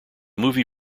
movie